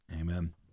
Amen